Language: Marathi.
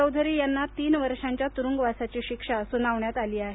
चौधरी यांना तीन वर्षांच्या तुरुंगवासाची शिक्षा सुनावण्यात आली आहे